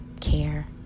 care